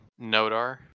nodar